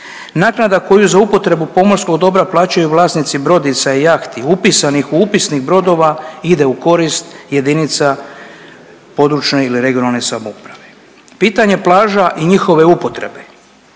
Naknada koju za upotrebu pomorskog dobra plaćaju vlasnici brodica i jahti upisanih u upisnik brodova, ide u korist jedinice područne (regionalne) samouprave. Pitanje plaža i njihove upotrebe.